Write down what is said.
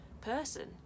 person